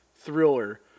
thriller